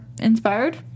inspired